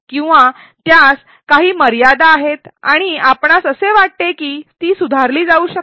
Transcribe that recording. किंवा त्यास काही मर्यादा आहेत आणि आपणास असे वाटते की ती सुधारली जाऊ शकते